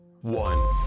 one